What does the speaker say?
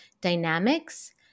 dynamics